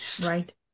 Right